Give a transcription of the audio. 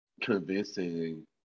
convincing